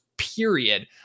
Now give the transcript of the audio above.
period